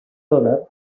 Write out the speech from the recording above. turner